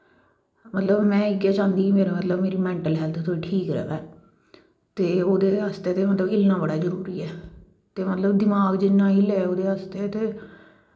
मतलव मैं इ'यै चांह्दी कि मेरी मतलव मेरी मैंटल हैल्थ थोह्ड़ी ठीक र'वै ते ओह्दे आस्तै ते मतलव हिल्लना बड़ा जरूरी ऐ ते मतलव दमाक जिन्ना हिल्लै ओह्दै आस्तै ते